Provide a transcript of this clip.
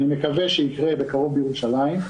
ואני מקווה שיקרה בקרוב בירושלים.